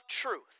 truth